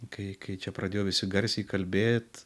kai kai čia pradėjo visi garsiai kalbėt